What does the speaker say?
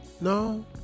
no